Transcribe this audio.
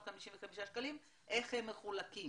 3,755,0000 שקלים, איך הם מחולקים.